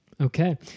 Okay